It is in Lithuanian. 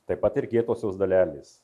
taip pat ir kietosios dalelės